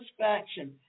satisfaction